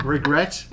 Regret